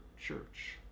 church